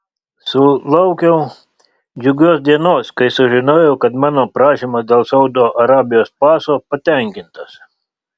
sulaukiau džiugios dienos kai sužinojau kad mano prašymas dėl saudo arabijos paso patenkintas